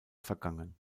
vergangen